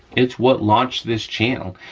it's what launched this channel,